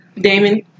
Damon